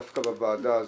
דווקא בוועדה זו,